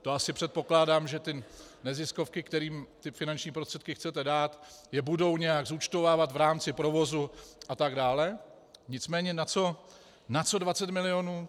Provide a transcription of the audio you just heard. To předpokládám, že neziskovky, kterým ty finanční prostředky chcete dát, je budou nějak zúčtovávat v rámci provozu atd., nicméně na co 20 milionů?